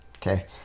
Okay